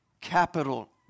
capital